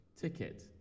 ticket